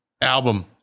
album